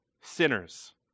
sinners